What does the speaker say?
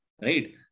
right